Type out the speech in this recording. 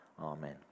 Amen